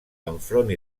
enfront